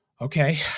Okay